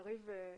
יריב,